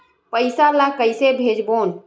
पईसा ला कइसे भेजबोन?